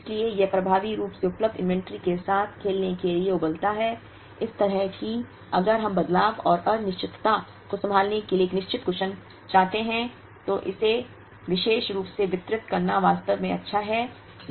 इसलिए यह प्रभावी रूप से उपलब्ध इन्वेंट्री के साथ खेलने के लिए उबलता है इस तरह से कि अगर हम बदलाव और अनिश्चितता को संभालने के लिए एक निश्चित कुशन चाहते हैं तो इसे विशेष रूप से वितरित करना वास्तव में अच्छा है